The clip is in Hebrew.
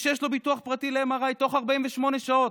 שיש לו ביטוח פרטי ל-MRI תוך 48 שעות.